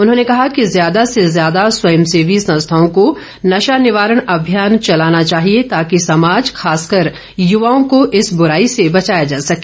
उन्होंने कहा कि ज्यादा से ज्याद स्वयंसेवी संस्थाओं को नशा निवारण अभियान चलाना चाहिए ताकि समाज खासकर युवाओं को इस बुराई से बचाया जा सके